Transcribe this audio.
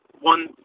one